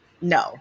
no